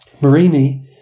Marini